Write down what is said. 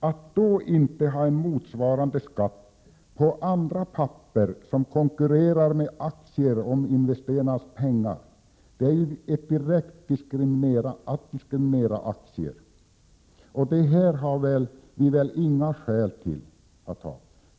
Att då inte ha en motsvarande skatt på andra papper som konkurrerar med aktier om investerarnas pengar är ju att direkt diskriminera aktier. Det finns väl inga skäl till att ha en sådan ordning.